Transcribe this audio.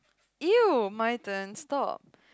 !eww! my turn stop